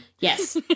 Yes